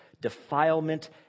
defilement